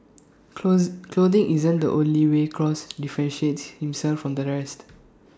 close clothing isn't the only way cross differentiates himself from the rest